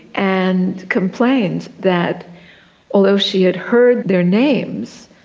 and complained that although she had heard their names,